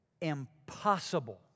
impossible